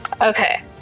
Okay